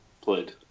played